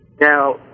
Now